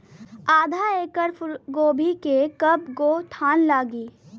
आधा एकड़ में फूलगोभी के कव गो थान लागी?